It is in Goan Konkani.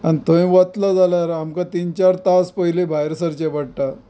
आनी थंय वतलो जाल्यार आमकां तीन चार तास पयलीं भायर सरचें पडटा